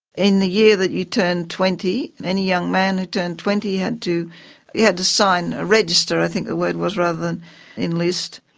in the year that you turned twenty, any young man who turned twenty had to yeah had to sign a register i think the word was rather than enlist.